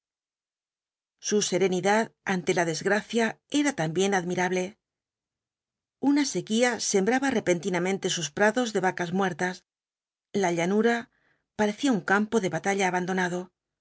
su serenidad ante la desgracia era también admirable una sequía sembraba repentinamente sus prados de yacas muertas la llanura parecía un campo de batalla abandonado